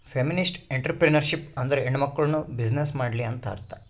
feminist entrepreneurship ಅಂದುರ್ ಹೆಣ್ಮಕುಳ್ನೂ business ಮಾಡ್ಲಿ ಅಂತ್ ಅರ್ಥಾ